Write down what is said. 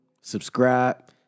subscribe